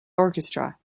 orchestra